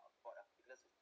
but ah